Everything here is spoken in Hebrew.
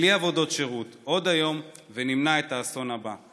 בלי עבודות שירות, עוד היום, ונמנע את האסון הבא.